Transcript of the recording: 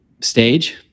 stage